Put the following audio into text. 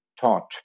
taught